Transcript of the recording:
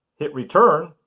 hit return.